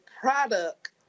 product